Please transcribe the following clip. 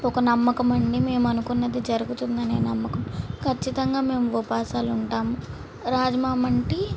ఒక నమ్మకం అండి మేము అనుకున్నది జరుగుతుందనే నమ్మకం ఖచ్చితంగా మేము ఉపవాసాలు ఉంటాము రాజ్మా వంటి